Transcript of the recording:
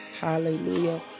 Hallelujah